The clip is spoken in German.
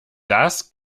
das